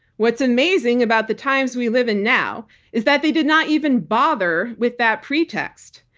what's amazing about the times we live in now is that they did not even bother with that pretext.